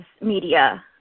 media